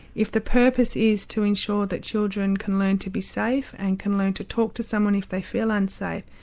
if the purpose is to ensure that children can learn to be safe and can learn to talk to someone if they feel unsafe,